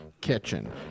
Kitchen